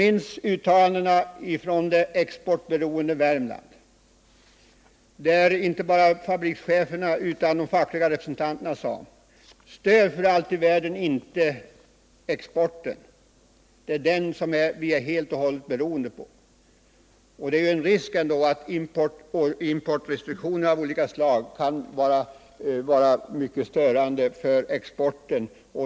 Vi minns uttalandena från det exportberoende Värmland, där inte bara fabrikscheferna utan också de fackliga representanterna sade: Stöd för allt i världen exporten — det är den som vi är helt och hållet beroende av! Och det är ju en risk ändå att importrestriktioner av olika slag kan vara mycket störande för exporten.